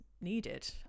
needed